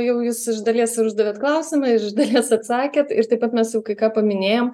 jau jūs iš dalies ir uždavėt klausimą iš dalies atsakėt ir taip pat mes jau kai ką paminėjom